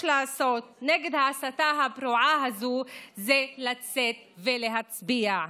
לעשות נגד ההסתה הפרועה הזאת זה לצאת ולהצביע.